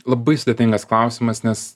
labai sudėtingas klausimas nes